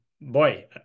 Boy